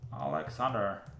Alexander